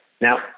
Now